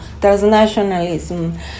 transnationalism